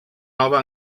nova